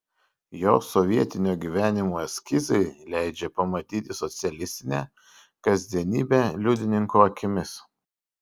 jo sovietinio gyvenimo eskizai leidžia pamatyti socialistinę kasdienybę liudininko akimis